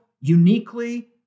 uniquely